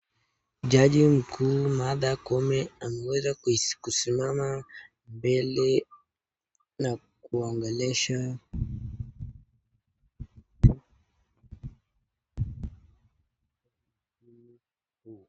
Jaji mkuu Martha Koome ameweza kusimama mbele na kuongelesha watu.